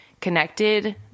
connected